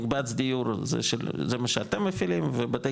מקבץ דיור זה זה מה שאתם מפעילים ובתי